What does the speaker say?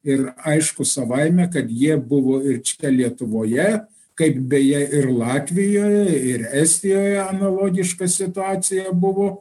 ir aišku savaime kad jie buvo ir čia lietuvoje kaip beje ir latvijoje ir estijoje analogiška situacija buvo